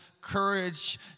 courage